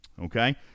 Okay